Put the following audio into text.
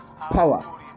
power